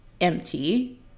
empty